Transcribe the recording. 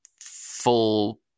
full